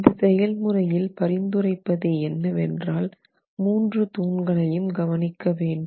இந்த செயல்முறையில் பரிந்துரைப்பது என்னவென்றால் மூன்று தூண்களையும் கவனிக்க வேண்டும்